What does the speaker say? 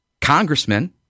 congressmen